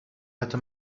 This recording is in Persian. حتی